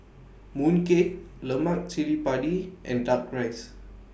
Mooncake Lemak Cili Padi and Duck Rice